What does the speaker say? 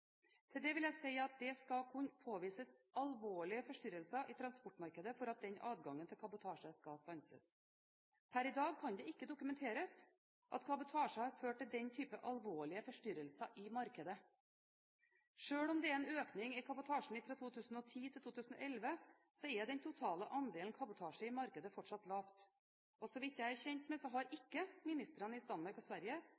Til det vil jeg si at det skal kunne påvises alvorlige forstyrrelser i transportmarkedet for at den adgangen til kabotasje skal stanses. Per i dag kan det ikke dokumenteres at kabotasje har ført til den type alvorlige forstyrrelser i markedet. Selv om det er en økning i kabotasjen fra 2010 til 2011, er den totale andelen kabotasje i markedet fortsatt lav. Og så vidt jeg er kjent med, har